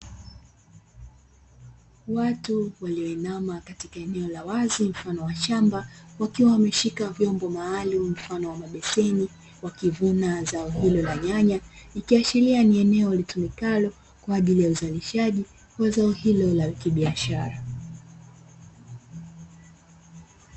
Watu walioinama katika eneo la wazi mfano wa shamba, wakiwa wameshika vyombo maalumu mfano wa mabeseni, wakivuna zao hilo la nyanya, ikiashiria ni eneo litumikalo kwa ajili ya uzalishaji wa zao hilo la kibiashara.